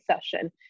session